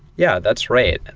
yeah, that's right.